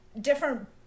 different